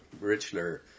Richler